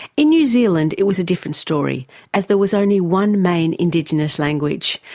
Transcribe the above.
in new zealand it was a different story as there was only one main indigenous language,